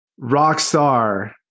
Rockstar